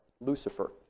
Lucifer